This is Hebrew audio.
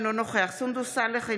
אינו נוכח סונדוס סאלח,